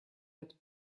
had